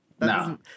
No